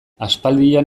aspaldian